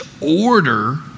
order